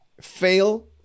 fail